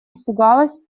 испугалась